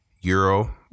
Euro